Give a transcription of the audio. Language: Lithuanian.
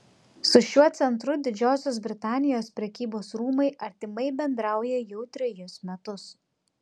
su šiuo centru didžiosios britanijos prekybos rūmai artimai bendrauja jau trejus metus